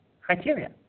criteria